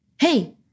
hey